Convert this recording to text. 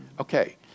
Okay